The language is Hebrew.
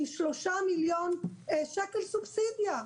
היא שלושה מיליון שקל סובסידיה.